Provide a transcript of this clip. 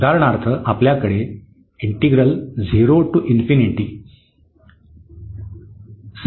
उदाहरणार्थ आपल्याकडे आहे